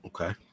Okay